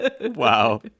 Wow